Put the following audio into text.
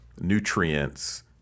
nutrients